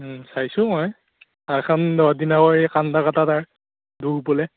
ও চাইছোঁ মই থাৰখান কন্দা কতা তাৰ দুখ বোলে